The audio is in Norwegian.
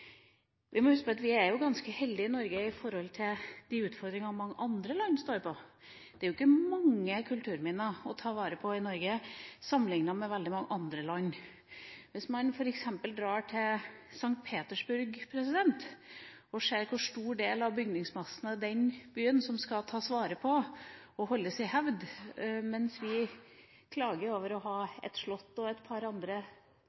Vi må huske på at vi er ganske heldige i Norge i forhold til de utfordringene mange andre land har. Det er jo ikke mange kulturminner å ta vare på i Norge sammenliknet med veldig mange andre land. Hvis man f.eks. drar til St. Petersburg, ser man hvor stor del av bygningsmassen i den byen som skal tas vare på og holdes i hevd. Vi klager over å ha ett slott og et par andre